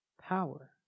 Power